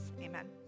Amen